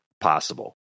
possible